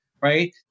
right